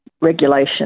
regulation